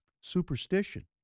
Superstition